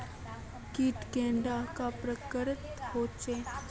कीट कैडा पर प्रकारेर होचे?